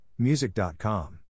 music.com